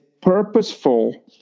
purposeful